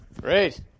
Great